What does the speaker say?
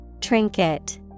Trinket